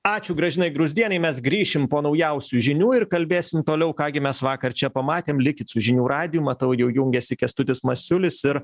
ačiū gražinai gruzdienei mes grįšim po naujausių žinių ir kalbėsim toliau ką gi mes vakar čia pamatėm likit su žinių radiju matau jau jungiasi kęstutis masiulis ir